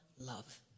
love